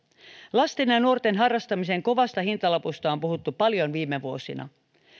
lasten ja ja nuorten harrastamisen kovasta hintalapusta on puhuttu paljon viime vuosina